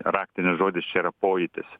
raktinis žodis yra pojūtis